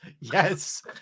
yes